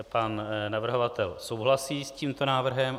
Pan navrhovatel souhlasí s tímto návrhem.